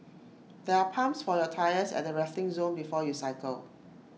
there are pumps for your tyres at the resting zone before you cycle